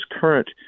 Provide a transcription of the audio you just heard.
current